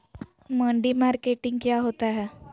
मंडी मार्केटिंग क्या होता है?